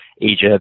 Egypt